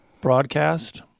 broadcast